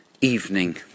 evening